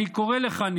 אני קורא לך,